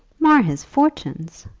mar his fortunes!